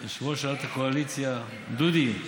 יושב-ראש הקואליציה, דודי,